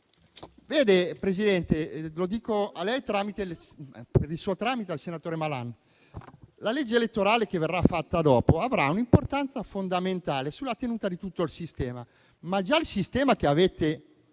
Presidente, per il suo tramite dico al senatore Malan che la legge elettorale che verrà fatta dopo avrà un'importanza fondamentale sulla tenuta di tutto il sistema, ma il sistema che avete